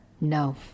No